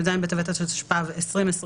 מיוחדות להתמודדות עם נגיף הקורונה החדש (הוראת